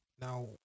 Now